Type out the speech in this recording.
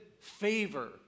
favor